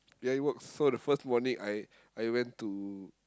yeah it works so the first morning I I went to